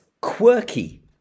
quirky